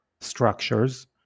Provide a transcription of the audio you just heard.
structures